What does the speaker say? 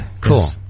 Cool